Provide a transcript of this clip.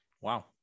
Wow